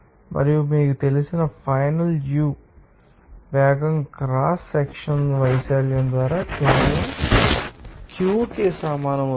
మరియు మీకు తెలిసిన ఫైనల్ u2 వేగం క్రాస్ సెక్షనల్ వైశాల్యం ద్వారా కేవలం Q కి సమానం అవుతుంది